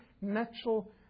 natural